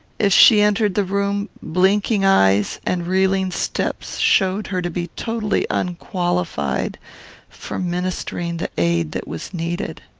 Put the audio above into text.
if she entered the room, blinking eyes and reeling steps showed her to be totally unqualified for ministering the aid that was needed.